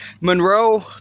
Monroe